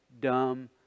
dumb